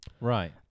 right